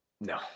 No